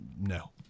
no